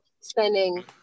spending